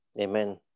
Amen